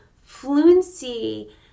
fluency